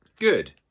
Good